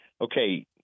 okay